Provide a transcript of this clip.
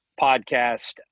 podcast